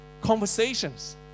conversations